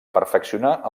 perfeccionar